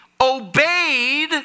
obeyed